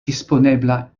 disponebla